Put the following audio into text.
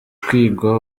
kwigwa